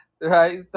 Right